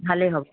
ভালেই হ'ব